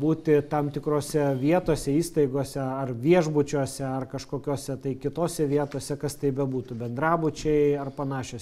būti tam tikrose vietose įstaigose ar viešbučiuose ar kažkokiose tai kitose vietose kas tai bebūtų bendrabučiai ar panašios